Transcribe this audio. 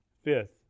Fifth